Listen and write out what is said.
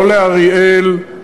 לא לאריאל,